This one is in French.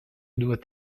doit